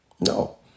No